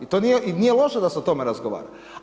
I to nije loše da se o tome razgovara.